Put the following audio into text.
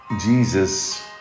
Jesus